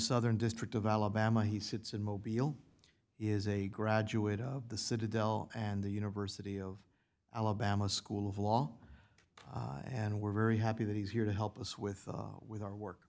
southern district of alabama he sits in mobile is a graduate of the citadel and the university of alabama school of law and we're very happy that he's here to help us with with our work